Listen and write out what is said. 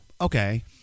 Okay